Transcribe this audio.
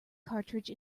cartridge